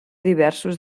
diversos